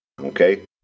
Okay